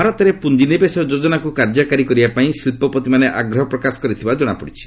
ଭାରତରେ ପୁଞ୍ଜିନିବେଶ ଯୋଜନାକୁ କାର୍ଯ୍ୟକାରୀ କରିବା ପାଇଁ ଶିଳ୍ପପତିମାନେ ଆଗ୍ରହପ୍ରକାଶ କରିଥିବା ଜଣାପଡିଛି